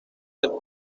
del